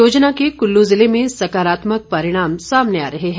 इस योजना के कुल्लू ज़िले में सकारात्मक परिणाम सामने आ रहे हैं